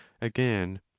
again